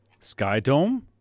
Skydome